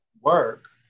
work